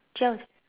twelve